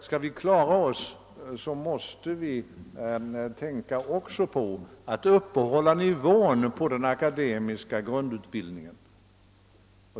Skall vi klara oss måste vi tänka på att hålla nivån på den akademiska grundutbildningen uppe.